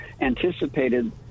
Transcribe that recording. anticipated